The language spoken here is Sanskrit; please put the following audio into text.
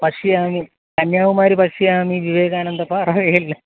पश्यामि कन्याकुमारी पश्यमिा विवेकानन्दः